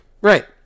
Right